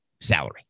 salary